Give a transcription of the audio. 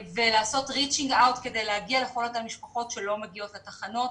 צריך לעשות reaching out כדי להגיע לכל אותן משפחות שלא מגיעות לתחנות.